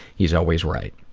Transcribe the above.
he's always right.